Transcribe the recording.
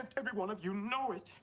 everyone of you know it.